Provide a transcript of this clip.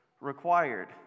required